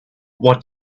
what